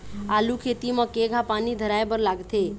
आलू खेती म केघा पानी धराए बर लागथे?